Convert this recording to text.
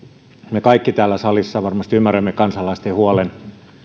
me kaikki täällä salissa varmasti ymmärrämme kansalaisten huolen